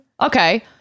Okay